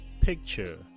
picture